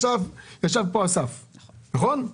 ישב פה אסף, נכון?